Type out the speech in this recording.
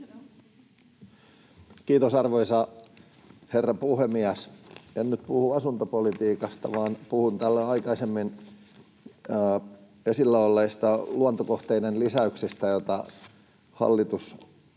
Kiitos, arvoisa herra puhemies! En nyt puhu asuntopolitiikasta vaan puhun täällä aikaisemmin esillä olleista luontokohteiden lisäyksistä, joita hallitus